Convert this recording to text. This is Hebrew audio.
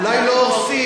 אולי לא הורסים,